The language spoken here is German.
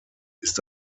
ist